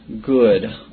good